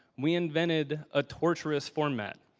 we invented a torturous format.